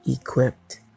equipped